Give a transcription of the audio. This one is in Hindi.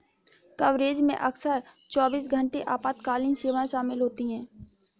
कवरेज में अक्सर चौबीस घंटे आपातकालीन सेवाएं शामिल होती हैं